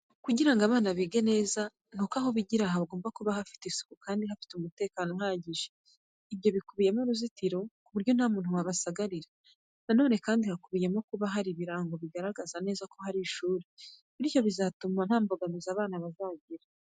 Kugira ngo abana bige neza, nuko aho bigira hagomba kuba hafite isuku kandi hafite umutekano uhagije. Ibyo bikubiyemo uruzitiro ku buryo nta muntu wabasagarira. Na none kandi hakubiyemo kuba hari ibirango bigaragara neza ko ari ishuri, bityo bizatuma nta mbogamizi abana bazagira.